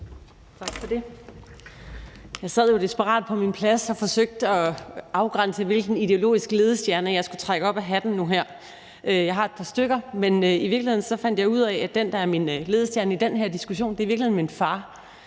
Jeg sad jo desperat på min plads og forsøgte at afgrænse, hvilken ideologisk ledestjerne jeg skulle trække op af hatten nu her. Jeg har et par stykker, men jeg fandt ud af, at den, der er min ledestjerne i den her diskussion, i virkeligheden er min far.